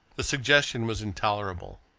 the suggestion was intolerable.